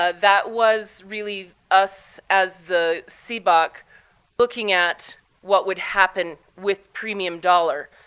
ah that was really us as the cboc looking at what would happen with premium dollar.